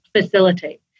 facilitate